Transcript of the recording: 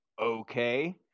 okay